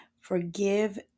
forgive